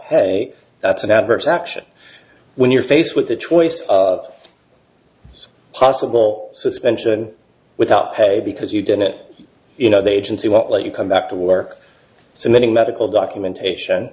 pay that's an adverse action when you're faced with the choice of possible suspension without pay because you did it you know the agency what let you come back to work so many medical documentation